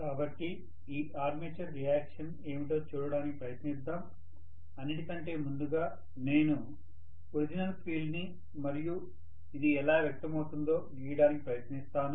కాబట్టి ఈ armature reaction ఏమిటో చూడటానికి ప్రయత్నిద్దాం అన్నిటి కంటే ముందుగా నేను ఒరిజినల్ ఫీల్డ్ ని మరియు ఇది ఎలా వ్యక్తమవుతుందో గీయడానికి ప్రయత్నిస్తాను